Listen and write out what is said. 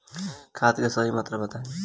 खाद के सही मात्रा बताई?